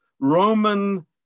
Roman